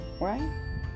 right